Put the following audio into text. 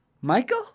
Michael